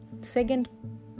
Second